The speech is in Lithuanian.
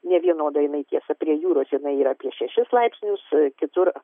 nevienoda jinai tiesa prie jūros jinai yra apie šešis laipsnius kitur